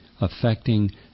affecting